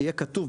יהיה כתוב,